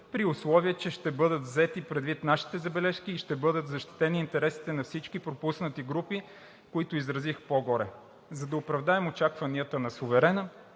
при условие че ще бъдат взети предвид нашите забележки и ще бъдат защитени интересите на всички пропуснати групи, които изразих по-горе. За да оправдаем очакванията на суверена,